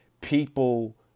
People